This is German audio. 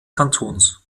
kantons